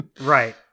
Right